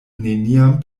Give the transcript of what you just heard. neniam